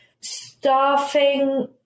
staffing